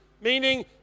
meaning